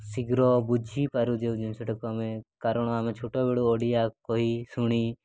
ଶୀଘ୍ର ବୁଝିପାରୁ ଯେଉଁ ଜିନିଷଟାକୁ ଆମେ କାରଣ ଆମେ ଛୋଟବେଳୁ ଓଡ଼ିଆ କହି ଶୁଣି